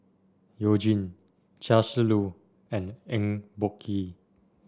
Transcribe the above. You Jin Chia Shi Lu and Eng Boh Kee